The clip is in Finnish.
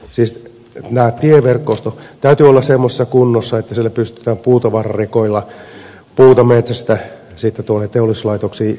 siis tämän tieverkoston täytyy olla semmoisessa kunnossa että siellä pystytään puutavararekoilla puuta metsästä tuonne teollisuuslaitoksiin viemään